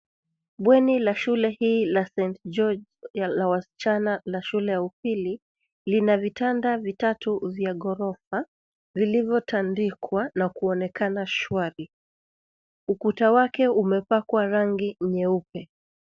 Bweni la shule hii la St. George la wasichana la shule na upili lina vitanda vitatu vya ghorofa vilivyotandikwa na kuonekana shwari. Ukuta wake umepakwa rangi nyeupe.